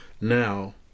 Now